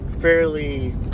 fairly